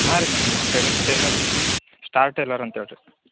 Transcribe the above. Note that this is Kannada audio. ಹಾಂ ರೀ ಮೇಡಮ್ ನಾವು ಟೇಲರ್ ಟೇಲರ್ ರೀ ಸ್ಟಾರ್ ಟೇಲರ್ ಅಂತ ಹೇಳಿ ರೀ